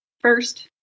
First